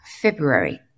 February